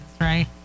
right